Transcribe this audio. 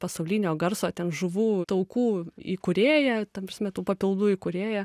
pasaulinio garso ten žuvų taukų įkūrėją ta prasme tų papildų įkūrėją